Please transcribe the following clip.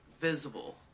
visible